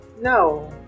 no